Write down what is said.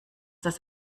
das